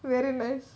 very nice